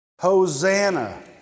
Hosanna